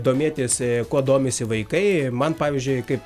domėtis kuo domisi vaikai man pavyzdžiui kaip